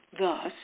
Thus